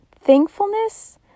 Thankfulness